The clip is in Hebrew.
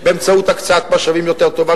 באמצעות הקצאת משאבים יותר טובה,